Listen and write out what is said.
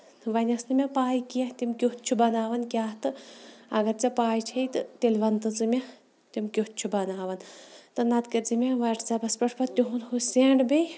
وۄنۍ ٲسۍ نہٕ مےٚ پاے کیٚنٛہہ تِم کیُتھ چھِ بَناوان کیاہ تہٕ اَگر ژےٚ پاے چھےٚ تہٕ تیٚلہِ وَن تہٕ ژٕ مےٚ تِم کیُتھ چھِ بَناوان تہٕ نہ تہٕ کٔرزِ مےٚ واٹس ایپَس پٮ۪ٹھ پَتہٕ تِہُند ہُہ سینڈ بیٚیہِ